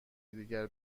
دیگر